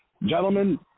Gentlemen